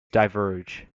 diverge